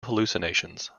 hallucinations